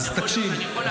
תקשיב,